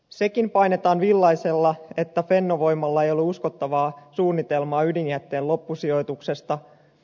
sekin painetaan villaisella että fennovoimalla ei ollut uskottavaa suunnitelmaa ydinjätteen loppusijoituksesta